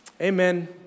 amen